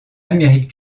amérique